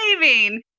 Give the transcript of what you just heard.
saving